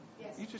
Yes